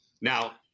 Now